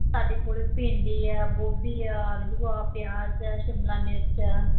ਸਾਡੇ ਕੋਲ ਭਿੰਡੀ ਆ ਗੋਭੀ ਆ ਆਲੂ ਆ ਪਿਆਜ਼ ਆ ਸ਼ਿਮਲਾ ਮਿਰਚ ਆ